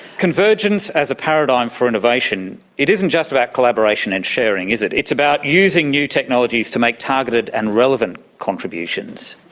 convergence as a paradigm for innovation. it isn't just about collaboration and sharing, is it, it's about using new technologies to make targeted and relevant contributions.